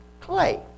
Clay